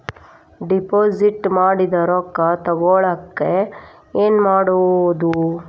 Deposit ಮಾಡಿದ ರೊಕ್ಕ ತಗೋಳಕ್ಕೆ ಏನು ಮಾಡೋದು?